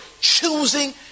Choosing